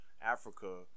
Africa